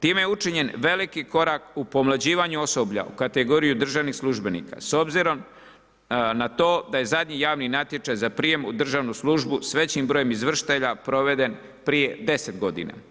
Time je učinjen veliki korak u pomlađivanju osoblja u kategoriju državnih službenika s obzirom na to da je zadnji javni natječaj za prijem u državnu službu s većim brojem izvršitelja proveden prije 10 godina.